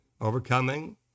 overcoming